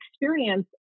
experience